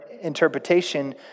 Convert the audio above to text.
interpretation